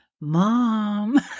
Mom